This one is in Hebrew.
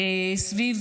סביב